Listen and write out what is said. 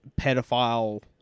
pedophile